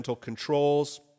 controls